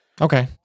Okay